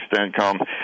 income